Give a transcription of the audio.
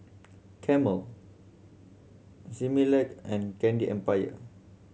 Camel Similac and Candy Empire